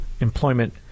employment